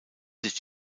sich